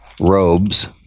robes